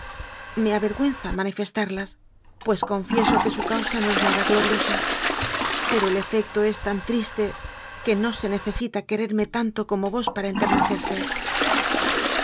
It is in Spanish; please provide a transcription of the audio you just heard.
me avergüenza manifestarlas pues confie so que su causa no es nada gloriosa pero el efec to es tan triste que no se necesita quererme tanto como vos para enternecerse